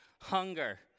hunger